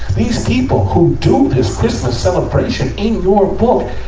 these people who do this christmas celebration, in your book,